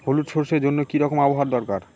হলুদ সরষে জন্য কি রকম আবহাওয়ার দরকার?